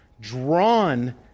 drawn